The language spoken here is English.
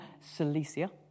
Cilicia